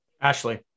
Ashley